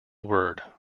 word